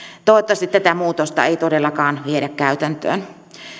toivottavasti tätä muutosta ei todellakaan viedä käytäntöön